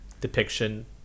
depiction